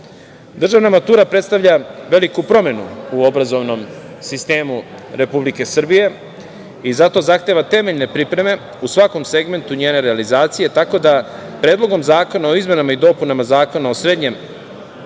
matura predstavlja veliku promenu u obrazovnom sistemu Republike Srbije i zato zahteva temeljne pripreme u svakom segmentu njene realizacije, tako da Predlogom zakona o izmenama i dopunama Zakona o srednjem